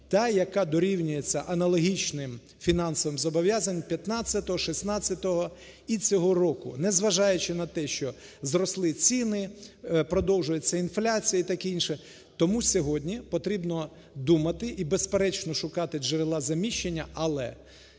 та, яка дорівнюється аналогічним фінансовим зобов'язанням 2015, 2016 і цього року. Незважаючи на те, що зросли ціни, продовжується інфляція і таке інше. Тому сьогодні потрібно думати і, безперечно, шукати джерела заміщення, але